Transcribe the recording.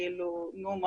נו,